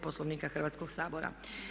Poslovnika Hrvatskoga sabora.